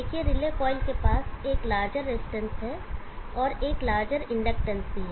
देखिए relay coil के पास एक लार्जर रजिस्टेंस है और एक लार्जर इंडक्टेंस भी है